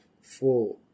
four